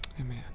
amen